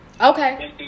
Okay